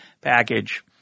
package